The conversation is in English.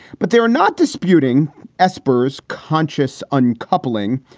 but they are not disputing espers conscious uncoupling.